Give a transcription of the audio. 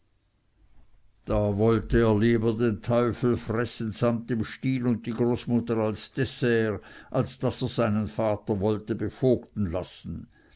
da wolle er lieber den teufel fressen samt dem stiel und die großmutter als dessert als daß er seinen vater wolle bevogten lassen